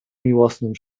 miłosnym